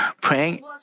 praying